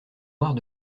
noires